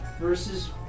Versus